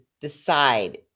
decide